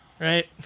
right